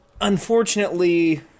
unfortunately